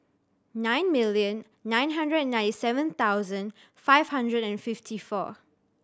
nine million nine hundred and ninety seven thousand five hundred and fifty four